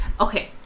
Okay